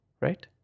right